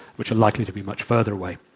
which are likely to be much further away.